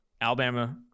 Alabama